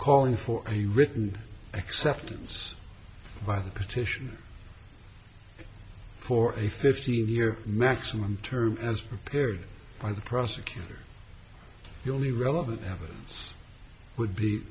calling for a written acceptance by petition for a fifteen year maximum term as prepared by the prosecutor you only relevant evidence would be